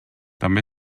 també